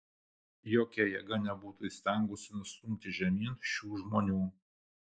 jokia jėga nebebūtų įstengusi nustumti žemyn šių žmonių